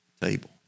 table